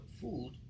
food